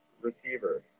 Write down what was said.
receiver